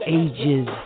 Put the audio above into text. ages